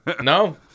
No